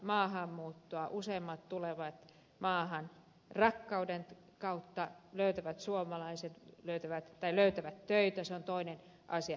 useimmat tulevat maahan rakkauden kautta jotkut löytävät töitä se on toinen asia